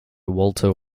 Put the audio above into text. walter